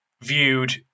viewed